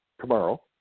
tomorrow